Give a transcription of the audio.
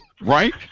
Right